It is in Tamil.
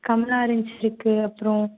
கமலா ஆரஞ்சு இருக்குது அப்புறம்